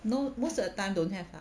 no most of the time don't have lah